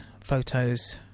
photos